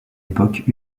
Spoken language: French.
époque